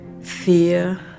fear